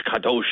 Kadosh